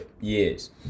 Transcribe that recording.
years